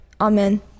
Amen